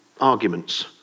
arguments